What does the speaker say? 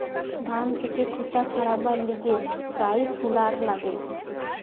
ধান থেকে খোসা ছাড়াবার লিগে রাইস হুলার লাগে